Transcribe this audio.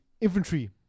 Infantry